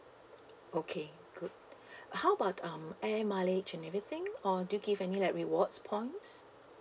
okay good how about um air mileage and everything or do you give any like rewards points